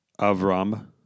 Avram